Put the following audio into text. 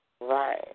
Right